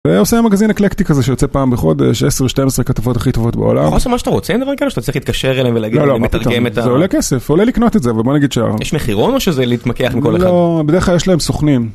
ועושה מגזין אקלקטי כזה שיוצא פעם בחודש, 10-12 כתבות הכי טובות בעולם. מה זה אומר שאתה רוצה דברים כאלה או שאתה צריך להתקשר אליהם ולהגיד? לא לא, מה אתה רוצה? זה עולה כסף, עולה לקנות את זה, אבל בוא נגיד שה... יש מחירון או שזה להתמקח עם כל אחד? לא, בדרך כלל יש להם סוכנים.